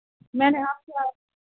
میں نے آپ کے